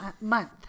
month